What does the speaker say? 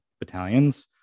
battalions